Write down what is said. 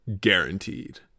Guaranteed